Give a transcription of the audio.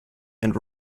and